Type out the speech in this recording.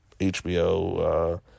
HBO